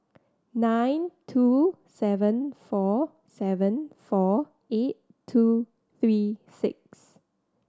nine two seven four seven four eight two three six